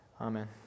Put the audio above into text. Amen